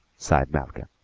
sighed malcolm,